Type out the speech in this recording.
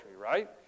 right